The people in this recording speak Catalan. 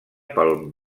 pel